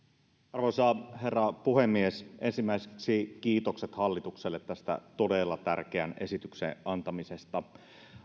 arvoisa herra puhemies ensimmäiseksi kiitokset hallitukselle todella tärkeän esityksen antamisesta